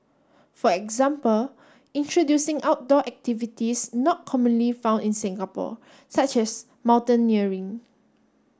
for example introducing outdoor activities not commonly found in Singapore such as mountaineering